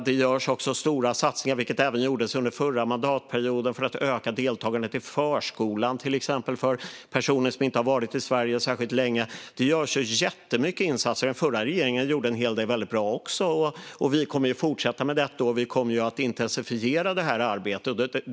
Det görs också stora satsningar för att öka deltagandet i förskolan bland personer som inte har varit i Sverige särskilt länge, vilket även gjordes under förra mandatperioden. Det görs jättemycket insatser. Även den förra regeringen gjorde en hel del väldigt bra, och vi kommer att fortsätta med detta. Vi kommer att intensifiera det här arbetet.